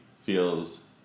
feels